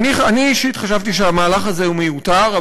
אני אישית חשבתי שהמהלך הזה הוא מיותר,